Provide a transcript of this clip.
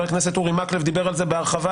הכנסת אורי מקלב דיבר על זה בהרחבה,